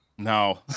No